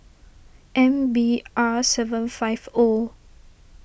M B R seven five O